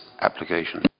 application